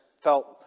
felt